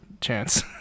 chance